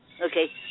Okay